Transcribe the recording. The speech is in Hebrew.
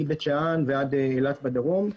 מבית שאן ועד אילת בדרום.